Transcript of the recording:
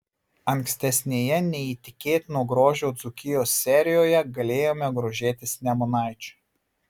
ankstesnėje neįtikėtino grožio dzūkijos serijoje galėjome grožėtis nemunaičiu